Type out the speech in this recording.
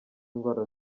indwara